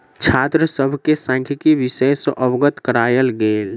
छात्र सभ के सांख्यिकी विषय सॅ अवगत करायल गेल